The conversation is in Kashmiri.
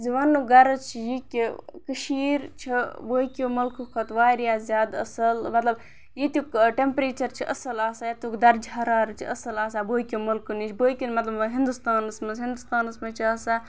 زِ وَننُک غرض چھِ یہِ کہِ کٔشیٖر چھِ باقیو مُلکو کھۄتہٕ واریاہ زیادٕ اَصٕل مطلب ییٚتیُک ٹیٚمپریچَر چھِ اَصٕل آسان ییٚتیُک دَرجہِ حَرارت چھِ اَصٕل آسان باقیو مُلکو نِش باقیَن مطلب ہِندوستانَس منٛز ہِندوستانَس منٛز چھِ آسان